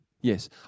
Yes